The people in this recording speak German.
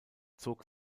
zog